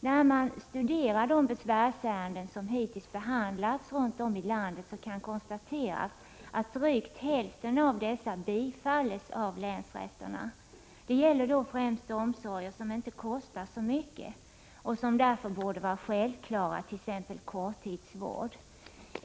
När man studerar de besvärsärenden som hittills behandlats runt om i landet kan man konstatera att drygt hälften av dessa bifalls av länsrätterna. Det gäller då främst omsorger som inte kostar så mycket och som därför borde vara självklara, t.ex. korttidsvård.